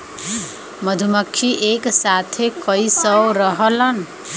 मधुमक्खी एक साथे कई सौ रहेलन